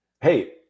Hey